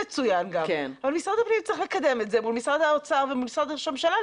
אבל משרד הפנים צריך לקדם את זה מול משרד האוצר ומול משרד ראש הממשלה,